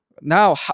now